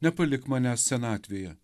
nepalik manęs senatvėje